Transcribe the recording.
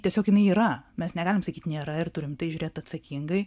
tiesiog jinai yra mes negalim sakyt nėra ir turim į tai žiūrėt atsakingai